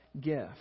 gift